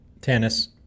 tennis